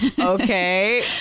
Okay